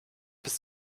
bis